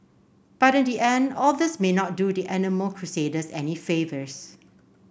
but in the end all this may not do the animal crusaders any favours